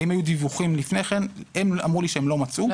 האם היו דיווחים לפני כן הם אמרו לי שהם לא מצאו.